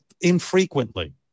infrequently